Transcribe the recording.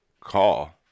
call